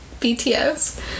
BTS